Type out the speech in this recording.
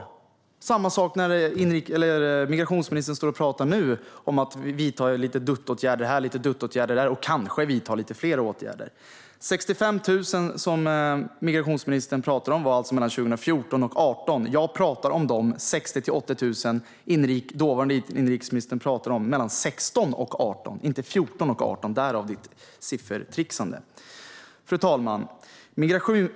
Det är samma sak när migrationsministern nu står och pratar om att vidta lite duttåtgärder här och lite duttåtgärder där och kanske vidta lite fler åtgärder. 65 000, som migrationsministern pratar om, var alltså mellan 2014 och 2018. Jag talar om de 60 000-80 000 som den dåvarande inrikesministern pratade om. Det var mellan 2016 och 2018, inte mellan 2014 och 2018 - därav siffertrixandet. Fru talman!